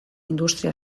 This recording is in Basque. industria